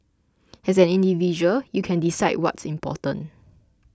as an individual you can decide what's important